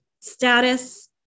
status